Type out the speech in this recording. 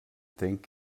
think